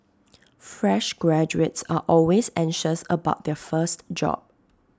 fresh graduates are always anxious about their first job